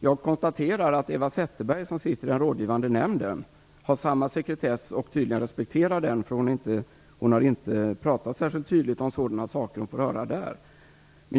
Jag konstaterar att Eva Zetterberg, som sitter i den rådgivande nämnden, har samma sekretess och tydligen respekterar den. Hon har inte pratat särskilt tydligt om saker som hon får höra där.